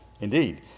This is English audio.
indeed